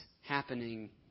happening